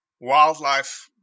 wildlife